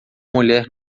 mulher